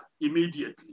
immediately